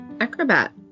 Acrobat